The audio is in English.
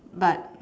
but